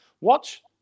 watch